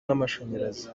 n’amashanyarazi